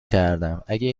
کردم؟ اگه